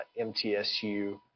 MTSU